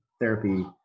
therapy